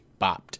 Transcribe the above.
bopped